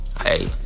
Hey